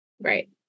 Right